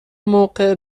موقع